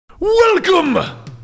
Welcome